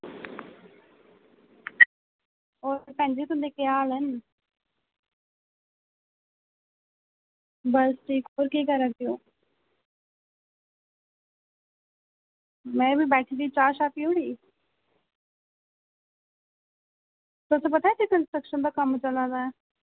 होर भैन जी तुंदा केह् हाल ऐ बस ठीक होर केह् करा दे ओ में बी बैठी दी चाह् पीऽ ओड़ी तुसें ई पता कंस्ट्रक्शन दा कम्म चला दा ऐ